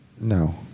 No